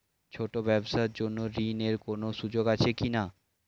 ছোট ব্যবসার জন্য ঋণ এর কোন সুযোগ আছে কি না?